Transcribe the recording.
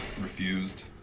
refused